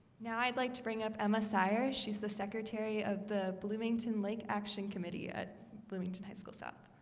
now i'd like to bring up emma sires, she's the secretary of the bloomington lake action committee at bloomington high school south